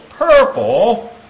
Purple